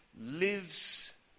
lives